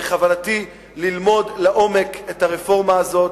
בכוונתי ללמוד לעומק את הרפורמה הזאת,